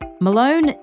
Malone